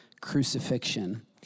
crucifixion